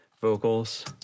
vocals